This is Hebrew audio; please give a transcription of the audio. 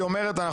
אם